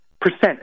percent